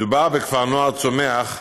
מדובר בכפר נוער צומח,